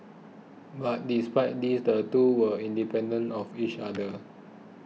but despite this the two were independent of each other